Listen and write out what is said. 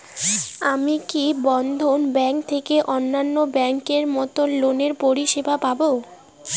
আমি কি বন্ধন ব্যাংক থেকে অন্যান্য ব্যাংক এর মতন লোনের পরিসেবা পাব?